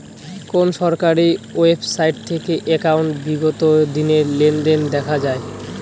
কোন সরকারি ওয়েবসাইট থেকে একাউন্টের বিগত দিনের লেনদেন দেখা যায়?